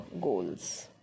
goals